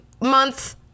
month